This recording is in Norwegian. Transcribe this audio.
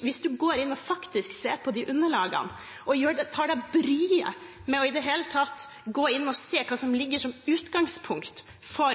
hvis man går inn og ser på de underlagene, tar seg bryet med i det hele tatt å gå inn og se hva som ligger som utgangspunkt for